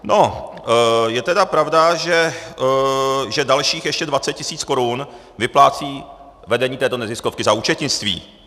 No, je tedy pravda, že dalších ještě 20 tisíc korun vyplácí vedení této neziskovky za účetnictví.